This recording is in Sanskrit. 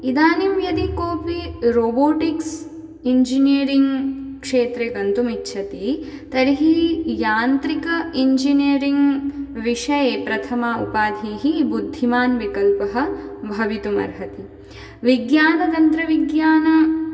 इदानीं यदि कोऽपि रोबोटिक्स् इञ्जिनियरिङ् क्षेत्रे गन्तुम् इच्छति तर्हि यान्त्रिक इञ्जिनियरिङ् विषये प्रथम उपाधिः बुद्धिमान् विकल्पः भवितुम् अर्हति विज्ञानतन्त्रविज्ञान